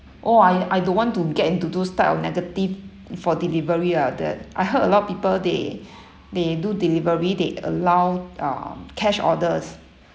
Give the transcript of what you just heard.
oh I I don't want to get into those type of negative for delivery ah that I heard a lot of people they they do delivery they allow ah cash orders